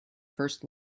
first